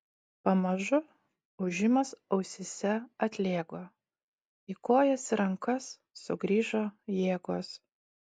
pamažu ūžimas ausyse atlėgo į kojas ir rankas sugrįžo jėgos